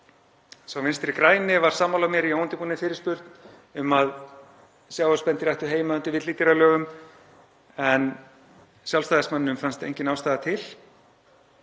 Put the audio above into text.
Sá Vinstri græni var sammála mér í óundirbúinni fyrirspurn um að sjávarspendýr ættu heima undir villidýralögum en Sjálfstæðismanninum fannst engin ástæða til.